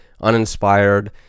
uninspired